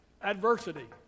Adversity